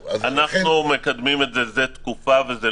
אנחנו מקדמים את זה כבר זמן מה.